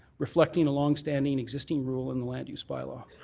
reflecting a long-standing existing rule in the land use bylaw.